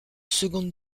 seconde